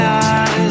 eyes